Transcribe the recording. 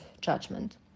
judgment